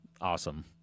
awesome